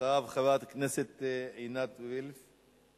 אחריו, חברת הכנסת עינת וילף.